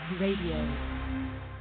Radio